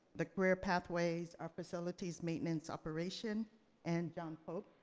the career pathways, our facilities, maintenance operation and john pope,